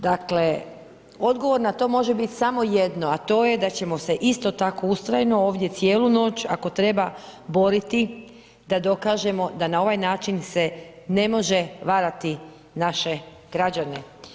Dakle, odgovor na to može biti samo jedno, a to je da ćemo se isto tako ustrajno ovdje, cijelu noć ako treba boriti da dokažemo da na ovaj način se ne može varati naše građane.